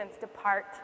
depart